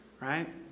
Right